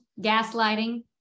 gaslighting